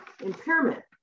impairment